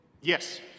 Yes